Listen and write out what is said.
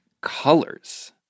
colors